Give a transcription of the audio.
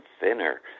thinner